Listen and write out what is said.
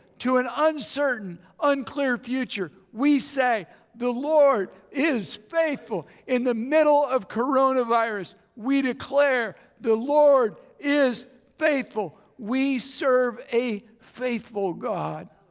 to an uncertain unclear future we say the lord is faithful. in the middle of coronavirus we declare the lord is faithful. we serve a faithful god